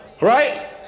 right